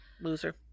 Loser